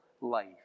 life